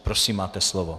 Prosím, máte slovo.